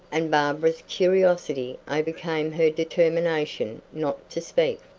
and barbara's curiosity overcame her determination not to speak.